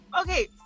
Okay